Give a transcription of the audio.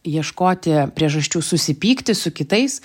ieškoti priežasčių susipykti su kitais